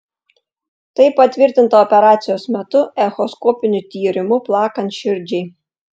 tai patvirtinta operacijos metu echoskopiniu tyrimu plakant širdžiai